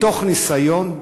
מתוך ניסיון,